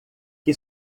que